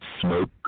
smoke